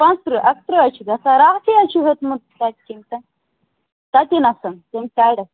پانٛژھ تٕرٛہ اَکہ تٕرٛہ حظ چھِ گژھان راتھٕے حظ چھُ ہیوٚتمُت تَتہِ کٔمۍ تانۍ تَتی نَسَن تِم سایڈٕ